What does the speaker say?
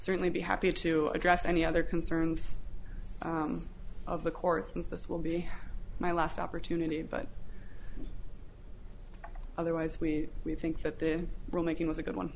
certainly be happy to address any other concerns of the courts and this will be my last opportunity but otherwise we we think that they were making with a good one